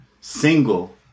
single